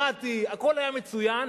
דמוקרטי, הכול היה מצוין.